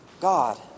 God